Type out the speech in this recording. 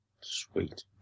Sweet